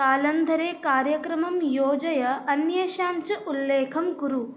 कालन्धरे कार्यक्रमं योजय अन्येषां च उल्लेखं कुरु